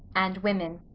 and women